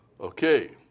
Okay